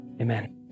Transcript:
amen